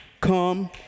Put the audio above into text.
come